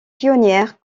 pionnières